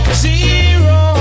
zero